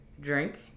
drink